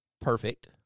perfect